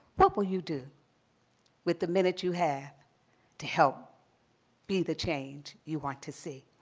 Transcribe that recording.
what will you do with the minute you have to help be the change you want to see.